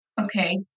Okay